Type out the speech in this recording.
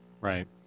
Right